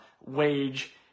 wage